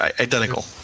Identical